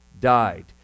died